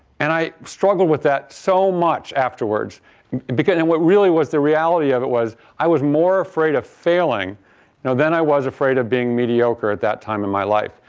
and i struggled with that so much afterwards because and what really was the reality of what it was, i was more afraid of failing you know than i was afraid of being mediocre at that time in my life.